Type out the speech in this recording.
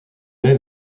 est